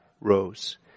rose